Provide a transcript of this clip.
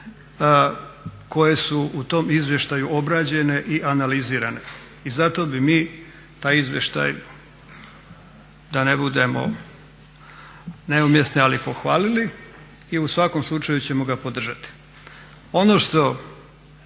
koje su u tom izvještaju obrađene i analizirane. I zato bi mi taj izvještaj da ne budemo neumjesni ali pohvaliti i u svakom slučaju ćemo ga podržati. Ono što